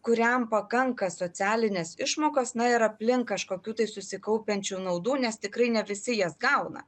kuriam pakanka socialinės išmokos na ir aplink kažkokių tai susikaupiančių naudų nes tikrai ne visi jas gauna